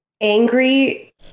angry